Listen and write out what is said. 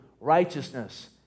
righteousness